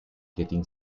getting